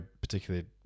particularly